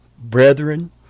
brethren